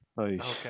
okay